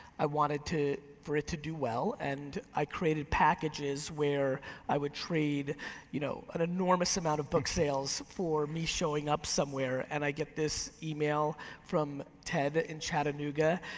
i wanted for it to do well, and i created packages where i would trade you know an enormous amount of book sales for me showing up somewhere. and i get this email from ted ah in chattanooga,